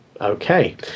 Okay